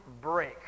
break